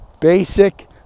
basic